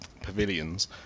pavilions